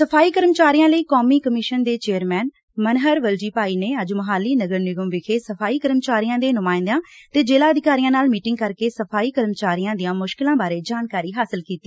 ਸਫ਼ਾਈ ਕਰਮਚਾਰੀਆਂ ਲਈ ਕੌਮੀ ਕਮਿਸ਼ਨ ਦੇ ਚੇਅਰਮੈਨ ਮਨਹਰ ਵਲਜੀ ਭਾਈ ਨੇ ਅੱਜ ਮੁਹਾਲੀ ਨਗਰ ਨਿਗਮ ਵਿਖੇ ਸਫ਼ਾਈ ਕਰਮਚਾਰੀਆਂ ਦੇ ਨੁਮਾਇੰਦਿਆਂ ਤੇ ਜ਼ਿਲ੍ਹਾ ਅਧਿਕਾਰੀਆਂ ਨਾਲ ਮੀਟਿੰਗ ਕਰ ਕੇ ਸਫ਼ਾਈ ਕਰਮਚਾਰੀਆਂ ਦੀਆਂ ਮੁਸ਼ਕਲਾਂ ਬਾਰੇ ਜਾਣਕਾਰੀ ਹਾਸਲ ਕੀਤੀ